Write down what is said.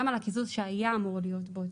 גם על הקיזוז שהיה אמור להיות בו את